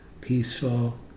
peaceful